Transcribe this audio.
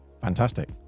Fantastic